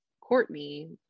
Courtney